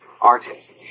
artists